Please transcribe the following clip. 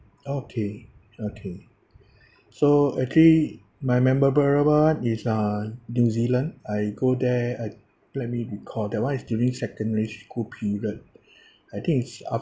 okay okay so actually my memorable [one] is uh new zealand I go there uh let me recall that [one] is during secondary school period I think it's after